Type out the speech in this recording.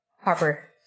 Harper